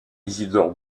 isidore